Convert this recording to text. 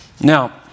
Now